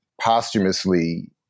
posthumously